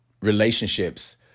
relationships